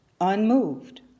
unmoved